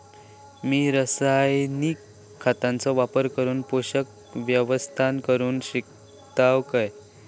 मी रासायनिक खतांचो वापर करून पोषक व्यवस्थापन करू शकताव काय?